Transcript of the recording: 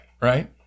right